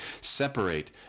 separate